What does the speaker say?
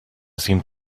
seemed